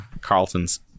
Carlton's